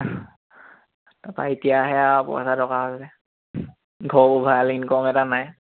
তাৰপৰা এতিয়াহে আৰু পইচা দৰকাৰ হৈছে ঘৰৰো ভাল ইনকম এটা নাই